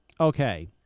okay